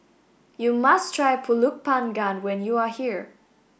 you must try Pulut panggang when you are here